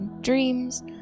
dreams